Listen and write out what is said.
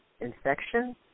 infection